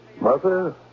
Mother